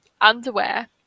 underwear